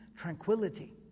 Tranquility